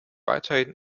weiterhin